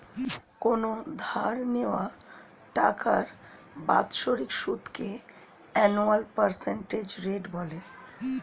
কোনো ধার নেওয়া টাকার বাৎসরিক সুদকে অ্যানুয়াল পার্সেন্টেজ রেট বলে